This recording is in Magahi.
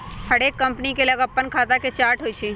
हरेक कंपनी के लग अप्पन खता के चार्ट होइ छइ